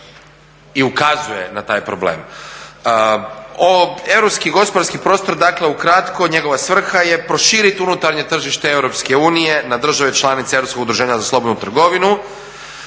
i ukazuje na taj problem. Europski gospodarski prostor dakle, ukratko, njegova svrha je proširiti unutarnje tržište EU na države članice Europskog udruženja za slobodnu trgovinu.